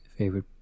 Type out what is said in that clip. favorite